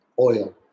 oil